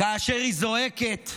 כאשר היא זועקת,